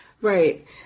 Right